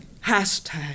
hashtag